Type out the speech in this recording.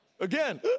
again